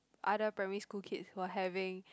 other primary school kids were having